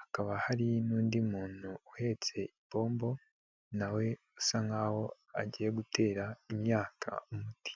hakaba hari n'undi muntu uhetse ipombo na we usa nkaho agiye gutera imyaka umuti.